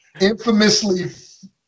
Infamously